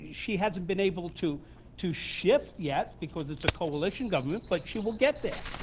she hasn't been able to to shift yet because it's a coalition government but she will get there,